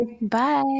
Bye